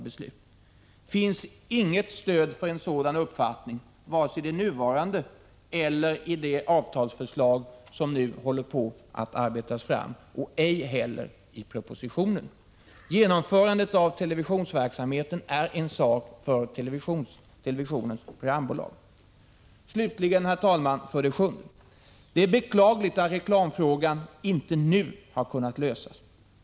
Det finns inget stöd för en sådan uppfattning, vare sig i det nuvarande avtalet eller i det avtalsförslag som föreligger, ej heller i propositionen. Televisionsverksamheten är en sak för TV:s programbolag. 7. Det är beklagligt att reklamfrågan inte nu har kunnat lösas.